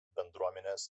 bendruomenės